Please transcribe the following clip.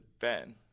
Ben